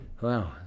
Wow